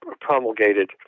promulgated